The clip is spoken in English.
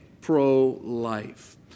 pro-life